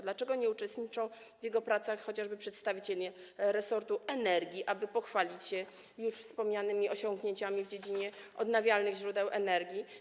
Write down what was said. Dlaczego nie uczestniczą w jego pracach chociażby przedstawiciele resortu energii, aby pochwalić się wspomnianymi już osiągnięciami w dziedzinie odnawialnych źródeł energii?